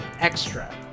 extra